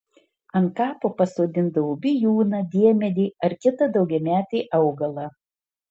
ant kapo pasodindavo bijūną diemedį ar kitą daugiametį augalą